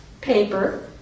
paper